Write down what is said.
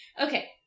Okay